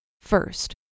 First